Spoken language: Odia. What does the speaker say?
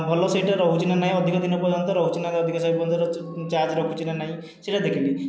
ଭଲ ସେହିଟା ରହୁଛି ନା ନାହିଁ ଅଧିକ ଦିନ ପର୍ଯ୍ୟନ୍ତ ରହୁଛି ନାହିଁ ଅଧିକ ସମୟ ପର୍ଯ୍ୟନ୍ତ ଚାର୍ଜ ରଖୁଛି ନା ନାହିଁ ସେଟା ଦେଖିଲି